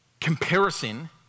comparison